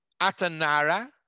Atanara